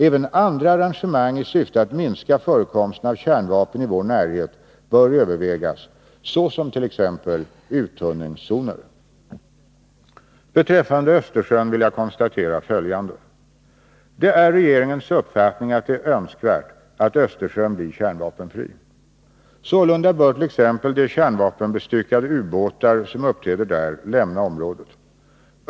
Även andra arrangemang i syfte att minska förekomsten av kärnvapen i vår närhet bör övervägas, t.ex. när det gäller uttunningszoner. Beträffande Östersjön vill jag konstatera följande. Det är regeringens uppfattning att det är önskvärt att Östersjön blir kärnvapenfri. Sålunda bör t.ex. de kärnvapenbestyckade ubåtar som uppträder där lämna området.